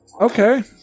Okay